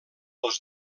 els